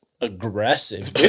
aggressive